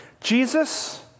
Jesus